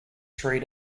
three